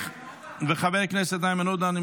וחבר הכנסת איימן עודה,